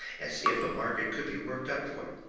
and see if a market could be worked up for it.